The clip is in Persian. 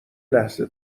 لحظه